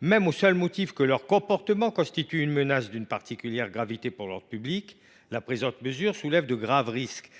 même au seul motif que leur comportement constitue une menace d’une particulière gravité pour l’ordre public, la présente disposition fait peser de graves risques